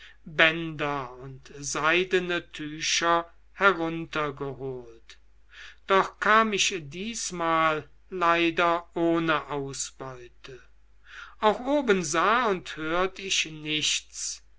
bänder und seidene tücher heruntergeholt doch kam ich diesesmal leider ohne ausbeute auch oben sah und hörte ich nichts